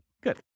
good